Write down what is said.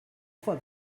faut